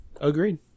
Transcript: agreed